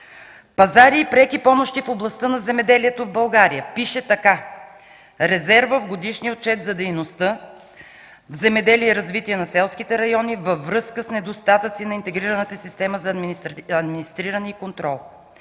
„Пазари и преки помощи в областта на земеделието в България”, пише така: „Резервът в Годишния отчет за дейността „Земеделие и развитие на селските райони” е във връзка с недостатъци на интегрираната система за администриране и контрол,